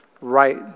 right